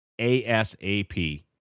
ASAP